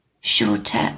Shorter